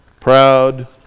Proud